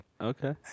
Okay